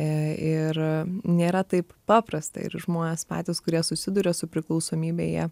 ir nėra taip paprasta ir žmonės patys kurie susiduria su priklausomybe jie